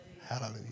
Hallelujah